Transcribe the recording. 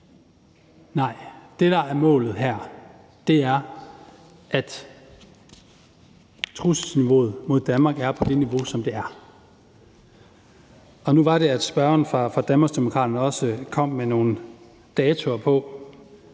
Nej, det, der er målet her, er, at trusselsniveauet mod Danmark ikke skal være på det niveau, som det er. Nu var det sådan, at spørgeren fra Danmarksdemokraterne også kom med nogle datoer i